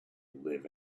live